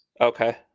Okay